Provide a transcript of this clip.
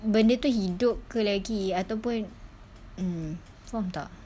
benda tu hidup ke lagi ataupun mm faham tak